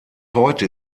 heute